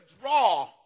draw